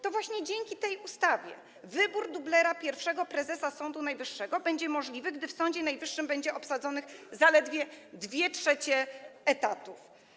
To właśnie dzięki tej ustawie wybór dublera pierwszego prezesa Sądu Najwyższego będzie możliwy, gdy w Sądzie Najwyższym będzie obsadzonych zaledwie 2/3 etatów.